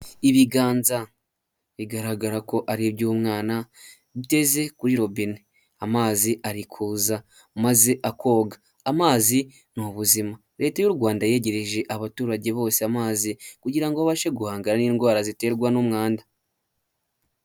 Ibiganza bigaragara ko ari iby'umwana uteze kuri robine amazi ari kuza maze akoga. Amazi ni ubuzima. Leta y'u Rwanda yegereje abaturage bose amazi kugira ngo babashe guhangana n'indwara ziterwa n'umwanda.